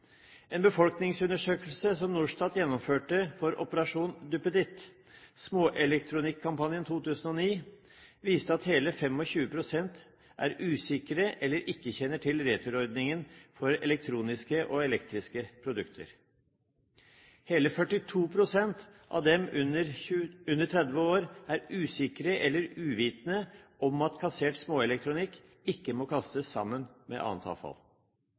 En befolkningsundersøkelse som Norstat gjennomførte for Operasjon duppeditt – småelektronikkampanjen 2009 – viste at hele 25 pst. er usikre eller ikke kjenner til returordningen for elektroniske og elektriske produkter. Hele 42 pst. av dem under 30 år er usikre eller uvitende om at kassert småelektronikk ikke må kastes sammen med annet avfall.